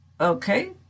Okay